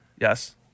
yes